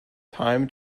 time